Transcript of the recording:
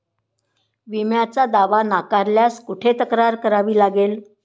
विम्याचा दावा नाकारल्यास कुठे तक्रार करावी लागेल?